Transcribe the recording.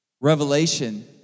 Revelation